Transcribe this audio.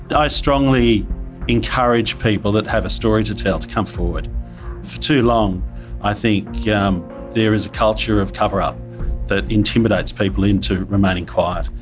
i strongly encourage people that have a story to tell to come forward. for too long i think yeah um there is a culture of cover up that that intimidates people into remaining quiet.